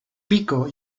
pico